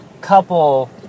couple